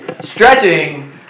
stretching